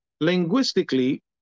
Linguistically